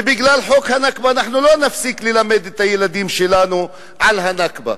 ובגלל חוק ה"נכבה" אנחנו לא נפסיק ללמד את הילדים שלנו על ה"נכבה",